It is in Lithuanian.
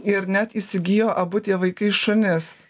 ir net įsigijo abu tie vaikai šunis